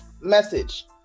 message